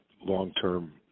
long-term